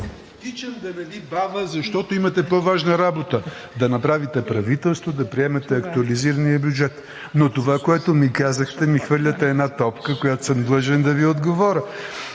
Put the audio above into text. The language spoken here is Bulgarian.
Тичам, да не Ви бавя, защото имате по-важна работа – да направите правителство, да приемете актуализирания бюджет. Но това, което ми казахте, ми хвърляте една топка, на която съм длъжен да Ви отговаря.